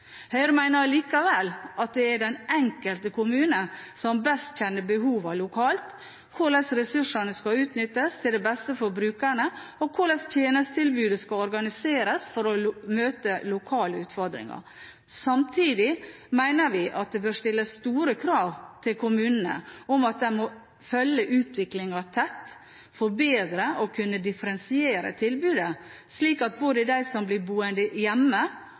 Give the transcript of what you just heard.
Høyre mener allikevel at det er den enkelte kommune som best kjenner behovene lokalt, hvordan ressursene skal utnyttes til beste for brukerne, og hvordan tjenestetilbudet skal organiseres for å møte lokale utfordringer. Samtidig mener vi at det bør stilles store krav til kommunene om at de må følge utviklingen tett, for bedre å kunne differensiere tilbudet, slik at både de som blir boende hjemme,